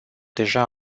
deja